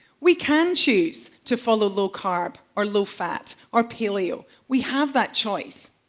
we can choose to follow low carb, or low fat, or paleo. we have that choice.